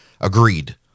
Agreed